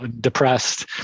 depressed